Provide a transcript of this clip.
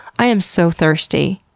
i am so thirsty,